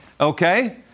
okay